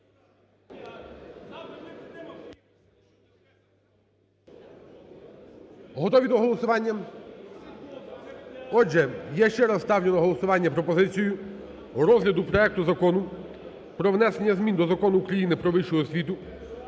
Готові до голосування? Отже, я ще раз ставлю на голосування пропозицію розгляду проекту Закону про внесення змін до Закону України "Про вищу освіту"